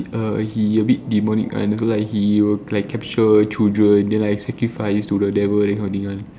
err he a bit demonic [one] and he also like he will like capture children then like sacrifice to the devil that kind of thing [one]